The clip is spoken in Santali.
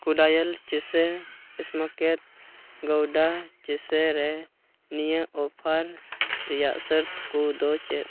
ᱠᱩᱰᱟᱭ ᱪᱤᱥ ᱥᱢᱳᱠᱰ ᱜᱳᱣᱰᱟ ᱪᱤᱥ ᱨᱮ ᱱᱤᱭᱟᱹ ᱚᱯᱷᱟᱨ ᱨᱮᱭᱟᱜ ᱥᱚᱨᱛ ᱠᱚᱫᱚ ᱪᱮᱫ